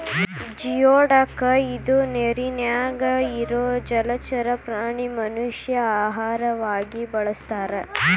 geoduck ಇದ ನೇರಿನ್ಯಾಗ ಇರು ಜಲಚರ ಪ್ರಾಣಿ ಮನಷ್ಯಾ ಆಹಾರವಾಗಿ ಬಳಸತಾರ